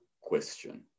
question